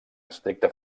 estricta